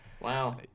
wow